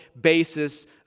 basis